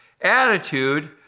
attitude